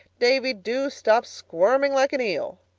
davy, do stop squirming like an eel.